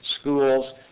schools